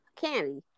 Candy